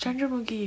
chandramukhi